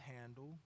handle